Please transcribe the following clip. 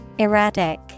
Erratic